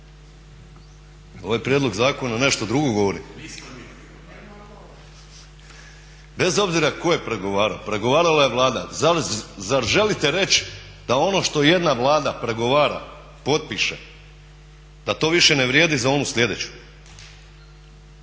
Ovaj prijedlog zakona nešto drugo govori? Bez obzira tko je pregovarao, pregovarala je Vlada. Zar želite reći da ono što jedna Vlada pregovara, potpiše da to više ne vrijedi za onu sljedeću.